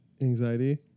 anxiety